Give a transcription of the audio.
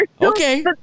Okay